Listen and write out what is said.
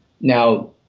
Now